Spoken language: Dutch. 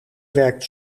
werkt